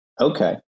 Okay